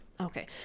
Okay